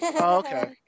Okay